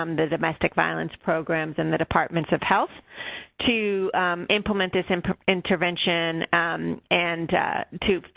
um the domestic violence programs, and the departments of health to implement this and intervention and to.